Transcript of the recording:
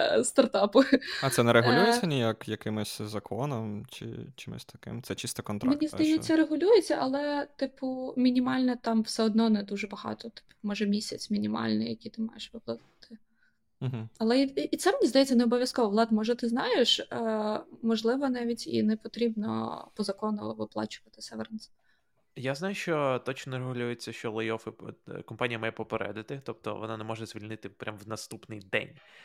е, стартапу. А це не Е, регулюється ніяк якимось законом чи чимось таким? Це чисто контракт, Мені здається, а що? регулюється, але, типу, мінімально там все одно не дуже багато. Типу, може, місяць мінімальний, який ти маєш виплатити. Мгм. Але і- і- і це, мені здається, не обов'язково. Влад, може, ти знаєш, е, можливо, навіть і не потрібно по закону виплачувати severance. Я знаю, що точно регулюється, що layoff і, е, компанія має попередити, тобто вона не може звільнити прям в наступний день.